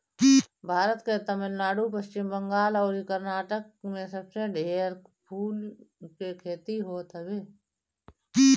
भारत के तमिलनाडु, पश्चिम बंगाल अउरी कर्नाटक में सबसे ढेर फूल के खेती होत हवे